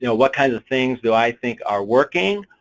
you know what kind of things do i think are working